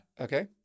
okay